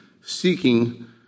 seeking